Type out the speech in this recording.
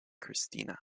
christina